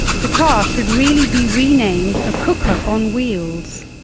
the car should really be renamed a cooker on wheels.